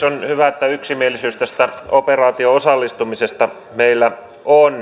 on hyvä että yksimielisyys tästä operaatioon osallistumisesta meillä on